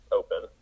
open